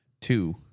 Two